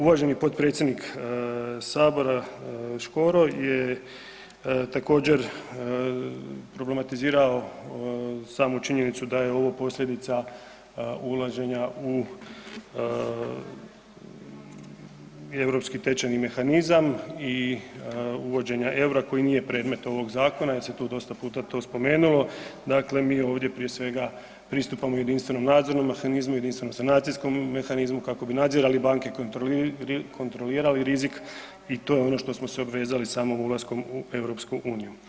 Uvaženi potpredsjednik sabora Škoro je također problematizirao samu činjenicu da je ovo posljedica ulaženja u Europski tečajni mehanizam i uvođenja EUR-a koji nije predmet ovog zakona jer se tu dosta puta to spomenulo, dakle mi ovdje prije svega pristupamo jedinstvenom nadzornom mehanizmu, jedinstvenom sanacijskom mehanizmu kako bi nadzirali banke, kontrolirali rizik i to je ono što smo se obvezali samim ulaskom u EU.